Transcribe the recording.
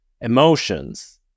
emotions